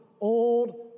old